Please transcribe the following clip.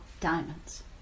diamonds